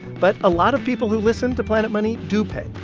but a lot of people who listen to planet money do pay.